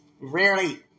Rarely